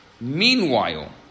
Meanwhile